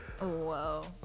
Whoa